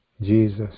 Jesus